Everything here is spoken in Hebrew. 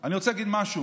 אני רוצה להגיד משהו